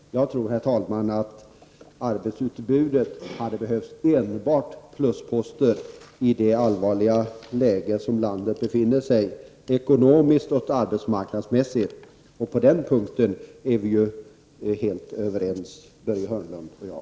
Jag tror, herr talman, att det med tanke på arbetsutbudet hade behövts enbart plusposter i det allvarliga läge som landet befinner sig i ekonomiskt och arbetsmarknadsmässigt. Och på den punkten är vi ju helt överens, Börje Hörnlund och jag.